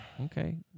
Okay